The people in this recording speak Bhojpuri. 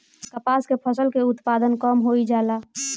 कपास के फसल के उत्पादन कम होइ जाला?